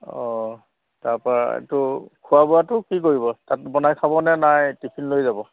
অঁ তাৰপৰা এইটো খোৱা বোৱাটো কি কৰিব তাত বনাই খাবনে নাই টিফিন লৈ যাব